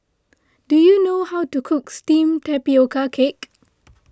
do you know how to cook Steamed Tapioca Cake